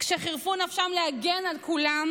כשחירפו נפשם להגן על כולם,